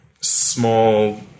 small